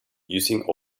using